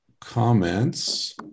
comments